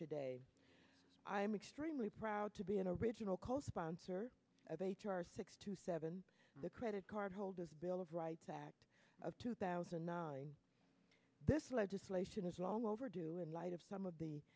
today i am extremely proud to be an original co sponsor of h r six to seven the credit card holders bill of rights act of two thousand and nine this legislation is well overdue in light of some of the